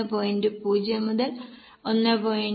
0 മുതൽ 0